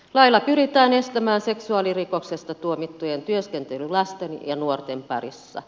lailla pyritään estämään seksuaalirikoksesta tuomittujen työskentely lasten ja nuorten parissa